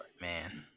man